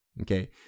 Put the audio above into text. Okay